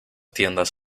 tiendas